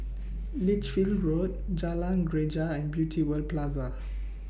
Lichfield Road Jalan Greja and Beauty World Plaza